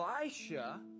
Elisha